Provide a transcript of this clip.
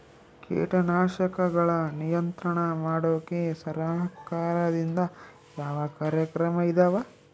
ಕೇಟನಾಶಕಗಳ ನಿಯಂತ್ರಣ ಮಾಡೋಕೆ ಸರಕಾರದಿಂದ ಯಾವ ಕಾರ್ಯಕ್ರಮ ಇದಾವ?